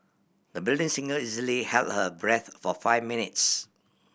the budding singer easily held her breath for five minutes